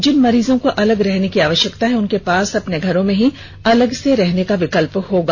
जिन मरीजों को अलग रहने की आवश्यकता है उनके पास अपने घरों में ही अलग से रहने का विकल्प होगा